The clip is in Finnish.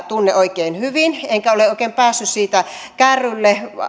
tunne oikein hyvin enkä ole oikein päässyt siitä kärryille